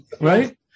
right